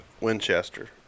Winchester